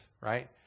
right